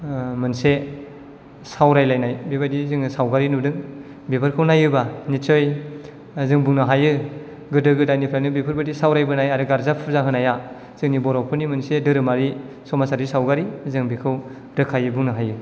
मोनसे सावारायलायनाय बेबादि जोङो सावगारि नुदों बेफोरखौ नायोबा निचय जों बुंनो हायो गोदो गोदायनिफ्रायनो बेफोरबादि सावरायनाय आरो गार्जा फुजा होनाया जोंनि बर'फोरनि मोनसे धोरोमारि समाजारि सावगारि जों बेखौ रोखायै बुंनो हायो